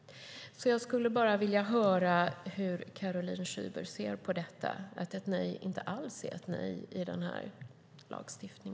Jag skulle vilja höra hur Caroline Szyber ser på att ett nej inte alls är ett nej i denna lagstiftning.